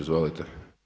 Izvolite.